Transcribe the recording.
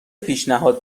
پیشنهاد